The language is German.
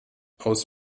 aus